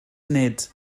nid